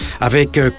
avec